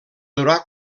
durar